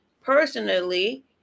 personally